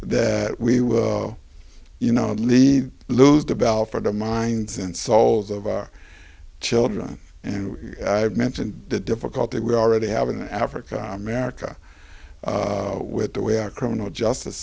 that we will you know lead lose the bell for the minds and souls of our children and you mentioned the difficulty we already have in africa america with the way our criminal justice